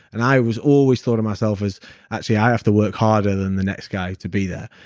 and i was always thought of myself as actually, i have to work harder than the next guy to be there.